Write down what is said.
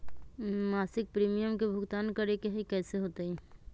मासिक प्रीमियम के भुगतान करे के हई कैसे होतई?